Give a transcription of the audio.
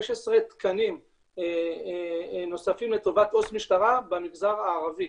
תקנים נוספים לטובת עו"ס משטרה במגזר הערבי,